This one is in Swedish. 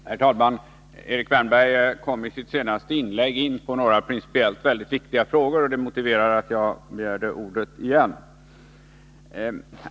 Herr talman! Erik Wärnberg kom i sitt senaste inlägg in på några principiellt viktiga frågor, vilket motiverar att jag begärt ordet igen.